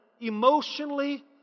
emotionally